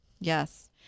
Yes